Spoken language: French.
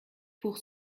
pour